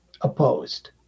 opposed